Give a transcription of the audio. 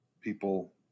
people